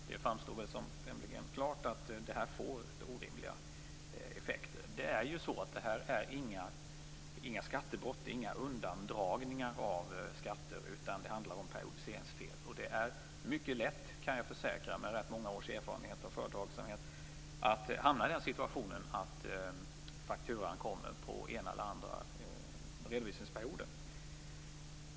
Det framstår som tämligen klart att det här får orimliga effekter. Det här är ju inga skattebrott, inget undandragande av skatter, utan det handlar om periodiseringsfel. Det är mycket lätt - det kan jag försäkra med rätt många års erfarenhet av företagsamhet - att hamna i den situationen att fakturan kommer på den ena eller andra redovisningsperioden.